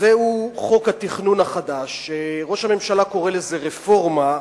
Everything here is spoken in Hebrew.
זהו חוק התכנון החדש שראש הממשלה קורא לו "רפורמה".